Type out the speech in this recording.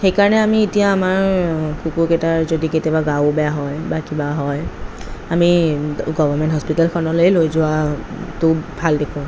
সেইকাৰণে আমি এতিয়া আমাৰ কুকুৰকেইটাৰ যদি কেতিয়াবা গাও বেয়া হয় বা কিবা হয় আমি গভাৰৰ্মেণ্ট হস্পিটেলখনলেই লৈ যোৱাটো ভাল দেখোঁ